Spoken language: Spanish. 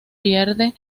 pierde